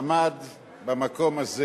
עמד במקום הזה